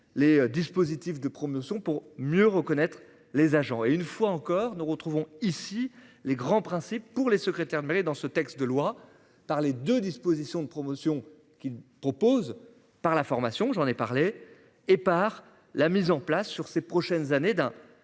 les dispositifs de promotion pour mieux reconnaître les agents et une fois encore nous retrouvons ici les grands principes pour les secrétaires dans ce texte de loi par les 2 dispositions de promotion qu'il propose. Par la formation. J'en ai parlé et par la mise en place sur ces prochaines années, d'un